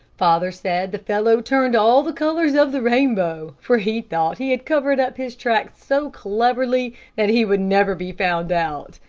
father said the fellow turned all the colors of the rainbow, for he thought he had covered up his tracks so cleverly that he would never be found out.